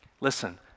Listen